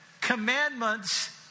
commandments